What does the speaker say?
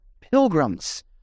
pilgrims